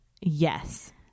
yes